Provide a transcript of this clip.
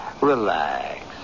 Relax